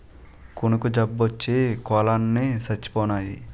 కునుకు జబ్బోచ్చి కోలన్ని సచ్చిపోనాయి